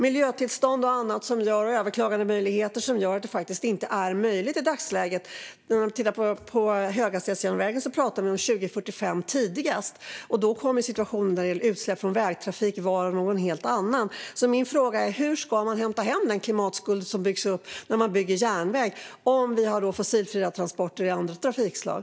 Miljötillstånd och överklaganden gör att det faktiskt inte är möjligt att bygga på tio år i dagsläget. När det gäller höghastighetsjärnvägen pratar vi om 2045 tidigast. Då kommer situationen när det gäller utsläpp från vägtrafik att vara en helt annan. Hur ska man hämta hem den klimatskuld som byggs upp när man bygger järnväg om fossilfria transporter finns i andra trafikslag?